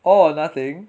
all or nothing